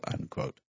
unquote